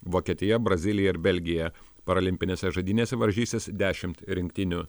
vokietija brazilija ir belgija paralimpinėse žaidynėse varžysis dešimt rinktinių